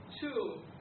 Two